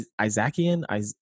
Isaacian